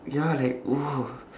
ya like !whoa!